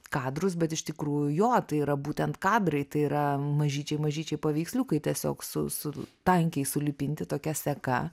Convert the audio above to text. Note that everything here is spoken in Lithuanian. kadrus bet iš tikrųjų jo tai yra būtent kadrai tai yra mažyčiai mažyčiai paveiksliukai tiesiog su su tankiai sulipinti tokia seka